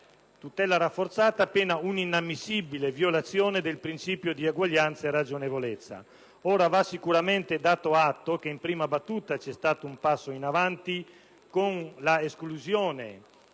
del 2003, pena una inammissibile violazione del principio di eguaglianza e ragionevolezza. Ora va sicuramente dato atto che in prima battuta vi è stato un passo in avanti con la riconsiderazione